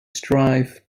strive